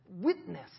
witness